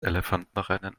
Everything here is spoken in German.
elefantenrennen